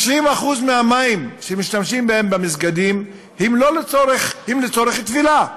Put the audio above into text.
90% מהמים שמשתמשים בהם במסגדים הם לצורך תפילה,